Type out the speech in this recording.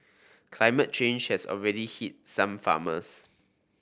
climate change has already hit some farmers